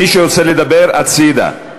מי שרוצה לדבר, הצדה.